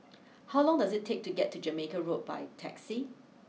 how long does it take to get to Jamaica Road by taxi